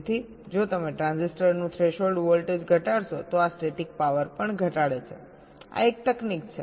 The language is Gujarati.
તેથી જો તમે ટ્રાન્ઝિસ્ટરનું થ્રેશોલ્ડ વોલ્ટેજ ઘટાડશો તો આ સ્ટેટિક પાવર પણ ઘટાડે છેઆ એક તકનીક છે